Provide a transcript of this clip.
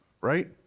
right